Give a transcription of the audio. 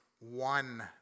one